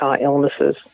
illnesses